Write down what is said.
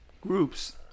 groups